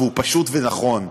והוא פשוט ונכון,